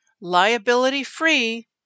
liability-free